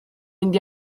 mynd